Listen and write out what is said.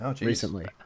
recently